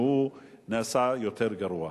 שנעשה יותר גרוע.